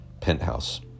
penthouse